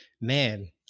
man